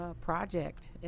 Project